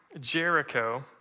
Jericho